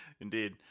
Indeed